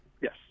Yes